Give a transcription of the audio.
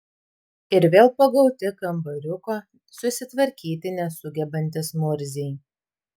ir vėl pagauti kambariuko susitvarkyti nesugebantys murziai